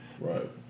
Right